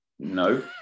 no